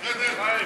רד, רד.